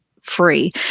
free